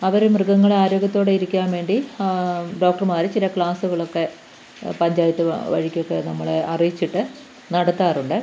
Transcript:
അവർ മൃഗങ്ങൾ ആരോഗ്യത്തോടെ ഇരിക്കാൻ വേണ്ടി ഡോക്ടർമാർ ചില ക്ലാസുകളൊക്കെ പഞ്ചായത്ത് വഴിക്കൊക്കെ നമ്മളെ അറിയിച്ചിട്ട് നടത്താറുണ്ട്